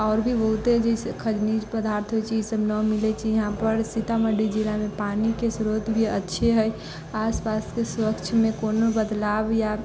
आओर भी बहुते जैसे खनिज पदार्थ होइत छै ईसभ न मिलैत छै यहाँपर सीतामढ़ी जिलामे पानिके श्रोत भी अच्छे हइ आस पासके स्वच्छमे कोनो बदलाव या